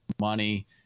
money